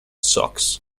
sox